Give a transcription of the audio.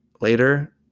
Later